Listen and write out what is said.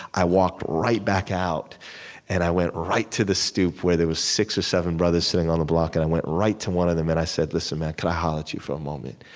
i walked right back out and i went right to the stoop where there were six or seven brothers sitting on the block and i went right to one of them and i said, listen, man, could i holler at you for a moment?